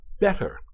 better